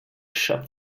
shop